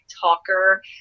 talker